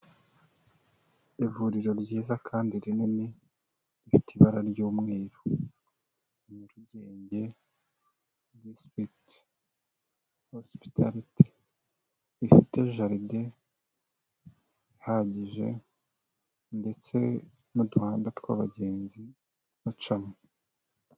Ivuriro ryiza kandi rinini, rifite ibara ry'umweru; Nyarugenge distirigiti hosipitaliti, rifite jaride ihagije ndetse n'uduhanda tw'abagenzi bacamo.